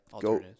go